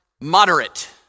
moderate